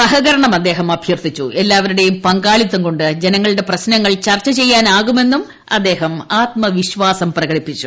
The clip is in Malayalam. സഹകരണം അദ്ദേഹം എല്ലാവരുടേയും പങ്കാളിത്തം ജനങ്ങളുടെ പ്രശ്നങ്ങൾ കൊണ്ട് ചർച്ച ചെയ്യാനാകുമെന്നും അദ്ദേഹം ആത്മവിശ്വാസം പ്രകടിപ്പിച്ചു